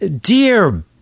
Dear